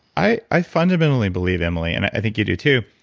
i i fundamentally believe, emily, and i think you do, too,